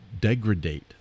degradate